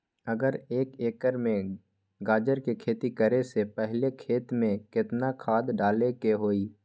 अगर एक एकर में गाजर के खेती करे से पहले खेत में केतना खाद्य डाले के होई?